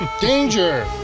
danger